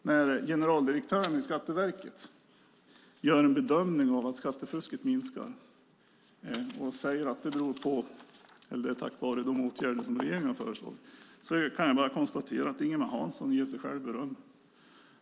När generaldirektören i Skatteverket gör bedömningen att skattefusket minskar och säger att det är tack vare de åtgärder som regeringen har föreslagit, kan jag bara konstatera att Ingemar Hansson ger sig själv beröm.